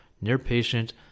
near-patient